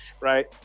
right